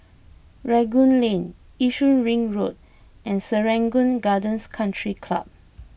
Rangoon Lane Yishun Ring Road and Serangoon Gardens Country Club